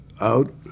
out